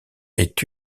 est